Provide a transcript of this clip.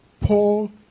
Paul